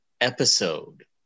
episode